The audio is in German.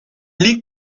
liegt